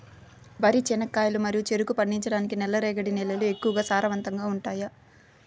వరి, చెనక్కాయలు మరియు చెరుకు పండించటానికి నల్లరేగడి నేలలు ఎక్కువగా సారవంతంగా ఉంటాయా?